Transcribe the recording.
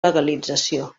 legalització